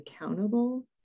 accountable